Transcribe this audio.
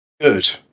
Good